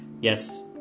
yes